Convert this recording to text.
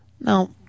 Now